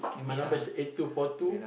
my number is eight two four two